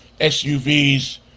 SUVs